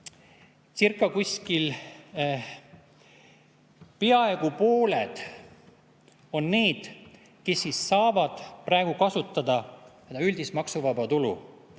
siiscircapeaaegu pooled on need, kes saavad praegu kasutada üldist maksuvaba tulu.